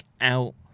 out